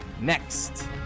next